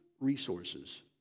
resources